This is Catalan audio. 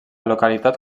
localitat